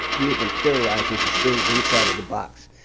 we had been terrorized into staying inside of the box,